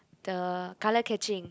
the color catching